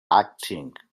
acting